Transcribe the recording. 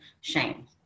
shame